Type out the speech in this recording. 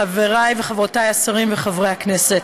חבריי וחברותיי השרים וחברי הכנסת,